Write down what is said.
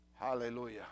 Hallelujah